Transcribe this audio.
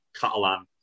Catalan